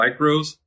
micros